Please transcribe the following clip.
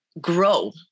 grow